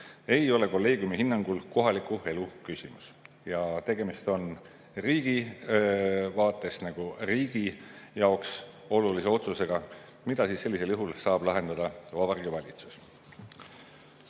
ei ole kolleegiumi hinnangul kohaliku elu küsimus ja tegemist on riigi vaates riigi jaoks olulise otsusega, mida sellisel juhul saab lahendada Vabariigi Valitsus.